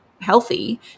healthy